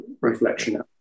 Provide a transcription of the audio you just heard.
Reflection